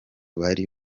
bari